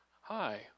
Hi